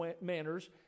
manners